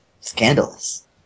Scandalous